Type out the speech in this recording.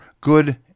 good